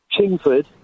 Chingford